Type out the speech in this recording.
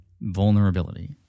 vulnerability